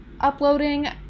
uploading